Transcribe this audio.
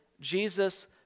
Jesus